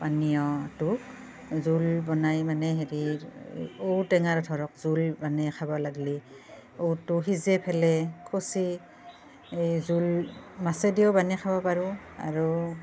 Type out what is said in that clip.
পানীয়টো জোল বনাই মানে হেৰি ঔ টেঙাৰ ধৰক জোল মানে খাব লাগিলে ঔটো সিজাই ফেলে খছি এই জোল মাছেদিও বনাই খাব পাৰো আৰু